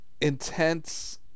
intense